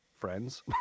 friends